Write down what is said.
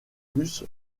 plus